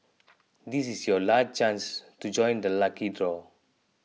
this is your last chance to join the lucky draw